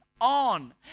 on